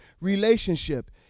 relationship